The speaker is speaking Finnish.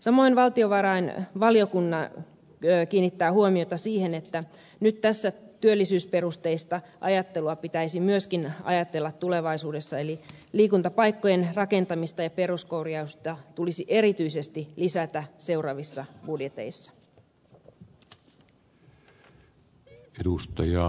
samoin valtiovarainvaliokunta kiinnittää huomiota siihen että työllisyysperusteista ajattelua pitäisi myöskin harjoittaa tulevaisuudessa eli liikuntapaikkojen rakentamista ja peruskorjausta tulisi erityisesti lisätä seuraavissa budjeteissa